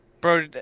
Bro